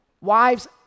Wives